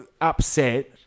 upset